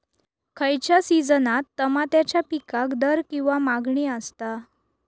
खयच्या सिजनात तमात्याच्या पीकाक दर किंवा मागणी आसता?